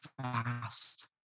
fast